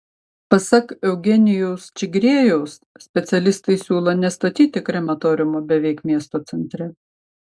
pasak eugenijaus čigriejaus specialistai siūlo nestatyti krematoriumo beveik miesto centre